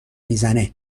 میزنه